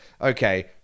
Okay